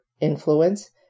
influence